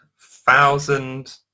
thousand